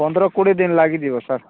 ପନ୍ଦର କୋଡ଼ିଏ ଦିନ ଲାଗିବ ଯିବ ସାର୍